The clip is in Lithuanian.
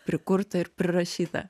prikurta ir prirašyta